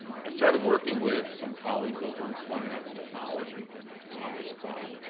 i started working with some colleagues over in performing arts technology on this problem.